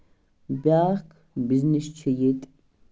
بیاکھ بِزنٮ۪س چھُ یتہِ